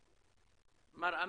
אותי?